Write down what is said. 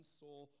soul